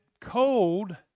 cold